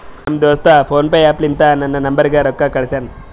ನಮ್ ದೋಸ್ತ PhonePe app ಲಿಂತಾ ನನ್ ನಂಬರ್ಗ ರೊಕ್ಕಾ ಕಳ್ಸ್ಯಾನ್